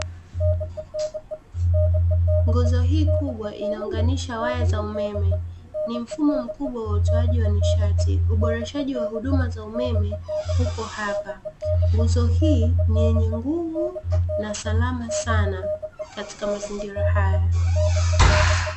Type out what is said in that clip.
Nguzo hii kubwa inaunganisha waya za umeme. Ni mfumo mkubwa wa utoaji wa nishati. Uboreshaji wa huduma za umeme uko hapa. Nguzo hii, ni yenye nguvu na salama sana katika mazingira haya.